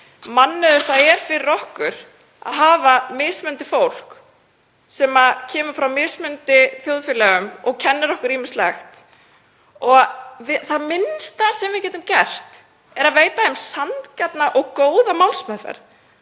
mannauður það er fyrir okkur að hafa mismunandi fólk sem kemur frá mismunandi þjóðfélögum og kennir okkur ýmislegt. Það minnsta sem við getum gert er að veita því sanngjarna og góða málsmeðferð,